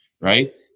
right